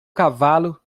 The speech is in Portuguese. cavalo